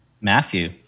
Matthew